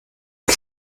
ein